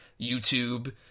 YouTube